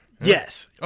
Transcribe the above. Yes